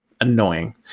annoying